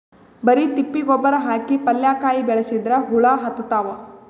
ಬರಿ ತಿಪ್ಪಿ ಗೊಬ್ಬರ ಹಾಕಿ ಪಲ್ಯಾಕಾಯಿ ಬೆಳಸಿದ್ರ ಹುಳ ಹತ್ತತಾವ?